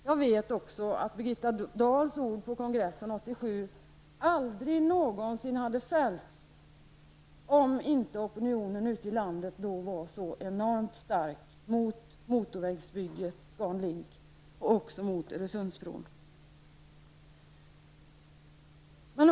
Jag vet också att Birgitta Dahls ord på kongressen 1987 aldrig någonsin hade fällts om inte opinionen ute i landet då hade varit så enormt stark mot motorvägsbygget ScanLink och även mot Öresundsbron.